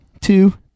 two